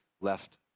left